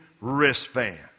wristband